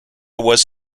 was